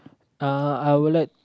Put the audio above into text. uh I will like